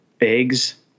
eggs